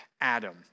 Adam